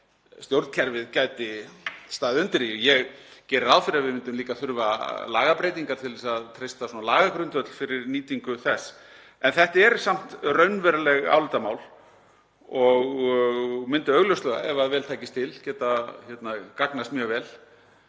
að stjórnkerfið gæti staðið undir því. Ég geri ráð fyrir að við myndum líka þurfa lagabreytingar til að treysta lagagrundvöll fyrir nýtingu þess. En þetta eru samt raunveruleg álitamál og myndu augljóslega, ef vel tækist til, geta gagnast mjög vel.